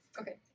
Okay